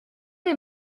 des